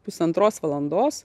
pusantros valandos